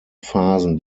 phasen